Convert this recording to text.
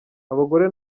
abagore